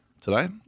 today